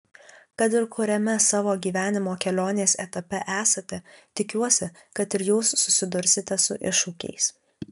kad ir kuriame savo gyvenimo kelionės etape esate tikiuosi kad ir jūs susidursite su iššūkiais